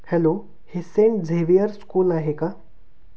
hello हे Saint Xavier school आहे का